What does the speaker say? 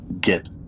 get